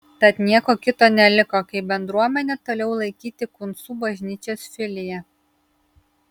tad nieko kito neliko kaip bendruomenę toliau laikyti kuncų bažnyčios filija